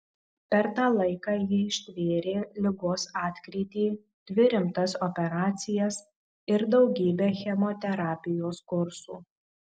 per tą laiką ji ištvėrė ligos atkrytį dvi rimtas operacijas ir daugybę chemoterapijos kursų